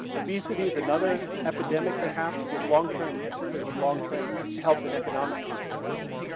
obesity is another epidemic perhaps with long-term, certainly with long-term health and economic consequences.